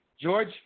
George